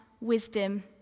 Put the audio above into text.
wisdom